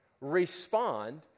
respond